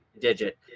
digit